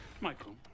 Michael